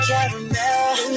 Caramel